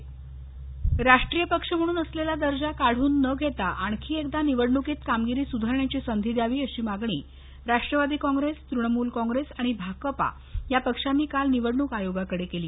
राष्ट्रीय पक्ष राष्ट्रीय पक्ष म्हणूनअसलेला दर्जा काढून न घेता आणखी एकदा निवडणूकीत कामगिरी सुधारण्याची संधी द्यावी अशी मागणी राष्ट्रवादी काँप्रेस तृणमूल काँप्रेस आणि भाकपा या पक्षांनी काल निवडणूक आयोगाकडे केली